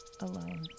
alone